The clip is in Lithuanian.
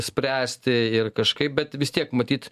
spręsti ir kažkaip bet vis tiek matyt